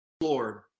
Lord